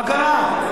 מה קרה?